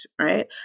right